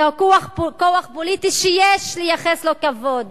זהו כוח פוליטי שיש לייחס לו כבוד